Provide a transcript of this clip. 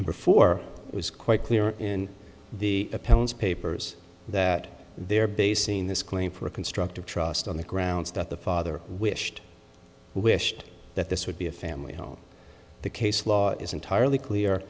and before it was quite clear in the appellants papers that they are basing this claim for a constructive trust on the grounds that the father wished wished that this would be a family on the case law is entirely clear